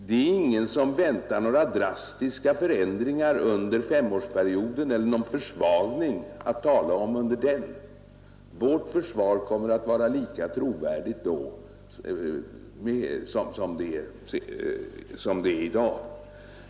Det är inte heller någon som väntar några drastiska förändringar eller någon försvagning att tala om under femårsperioden. Vårt försvar kommer att vara lika trovärdigt vid dennas slut som det är i dag.